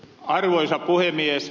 arvoisa puhemies